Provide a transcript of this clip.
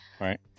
Right